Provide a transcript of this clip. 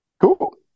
Cool